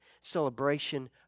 celebration